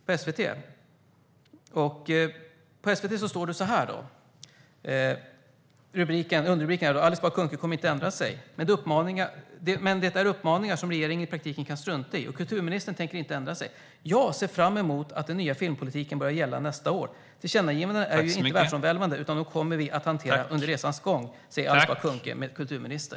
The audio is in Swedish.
På SVT:s hemsida står det så här under underrubriken "Bah Kuhnke kommer inte ändra sig": "Men det är uppmaningar som regeringen i praktiken kan strunta i. Och kulturministern tänker inte ändra sig. - Jag ser fram emot att den nya filmpolitiken börjar gälla nästa år. Tillkännagivandena är ju inte världsomvälvande utan de kommer vi att hantera under resans gång, säger Alice Bah Kuhnke , kulturminister".